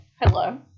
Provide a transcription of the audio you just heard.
Hello